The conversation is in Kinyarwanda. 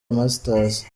masters